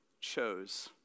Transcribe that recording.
chose